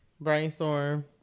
Brainstorm